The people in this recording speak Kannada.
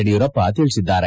ಯಡಿಯೂರಪ್ಪ ತಿಳಿಸಿದ್ದಾರೆ